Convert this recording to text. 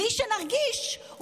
בלי שנרגיש,